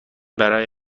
برای